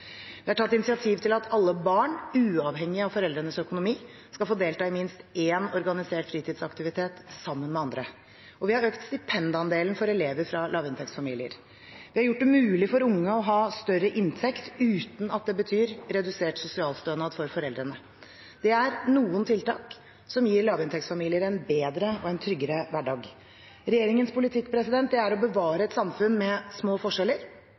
Vi har tatt initiativ til at alle barn, uavhengig av foreldrenes økonomi, skal få delta i minst én organisert fritidsaktivitet sammen med andre. Vi har økt stipendandelen for elever fra lavinntektsfamilier. Vi har gjort det mulig for unge å ha større inntekt uten at det betyr redusert sosialstønad for foreldrene. Dette er noen tiltak som gir lavinntektsfamilier en bedre og tryggere hverdag. Regjeringens politikk er å bevare et samfunn med små forskjeller